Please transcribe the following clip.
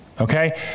Okay